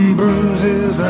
bruises